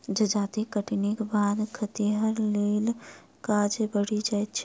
जजाति कटनीक बाद खतिहरक लेल काज बढ़ि जाइत छै